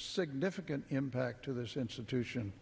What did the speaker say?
significant impact to this institution